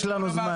יש לנו זמן לזה.